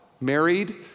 married